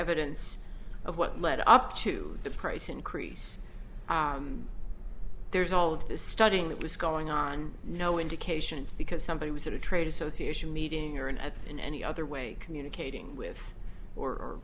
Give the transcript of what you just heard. evidence of what led up to the price increase there's all of this studying that was going on no indications because somebody was at a trade association meeting or at in any other way communicating with or